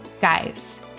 Guys